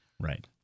Right